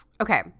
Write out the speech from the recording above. Okay